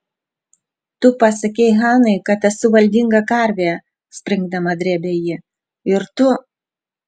tu pasakei hanai kad esu valdinga karvė springdama drėbė ji ir tu